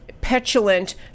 petulant